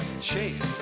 change